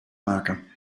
maken